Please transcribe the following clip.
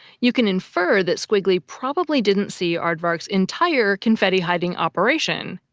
you can infer that squiggly probably didn't see aardvark's entire confetti-hiding operation,